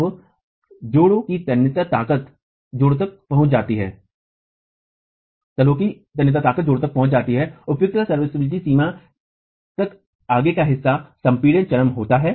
तो एड़ी में दरार तब होती है जब बिस्तर की तन्यता ताकत जोड़ों तक पहुंच जाती है उपयुक्तता सीमा तक आगे का हिस्स संपीडन चरम पर होता है